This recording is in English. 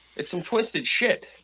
it's some twisted shit